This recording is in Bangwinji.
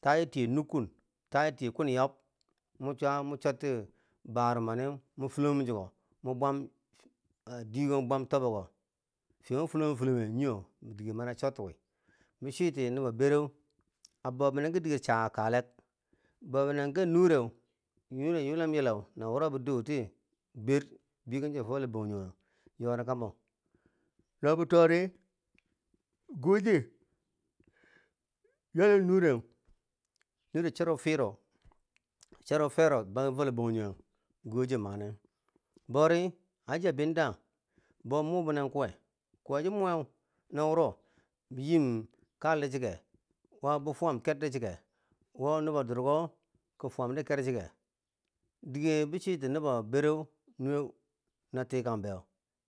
Tacha tiye nukkun, tacha tiye kwini yob, mun suwa mun soti bwarimbone mun filogum siko mu bwam diko mun bwam tobbo dike mun filomom filome yiyo dike mana sortiwi min suti nubo bere a bobinen ki diker chaka kaleh bobinen ki nure nure yulomyule na wo bi doti ber beken chiko fo loh banjoge yorikabo no mu tori goje ywalum nure nure seru pero seru pero bau lo banjoge goje mane bori hajiya binta bo mubinen kuwe kuwe shi muwe na wuro bi yim kale ti chike wo nubo dueko ki fuwamde ker shike dike bi cwiti nobo bere nua na tikan bweu